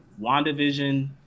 wandavision